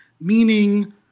meaning